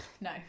No